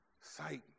Sight